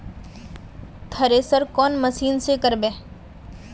Thresher कौन machine से करबे?